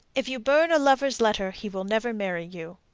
if you burn a lover's letter, he will never marry you.